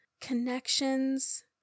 Connections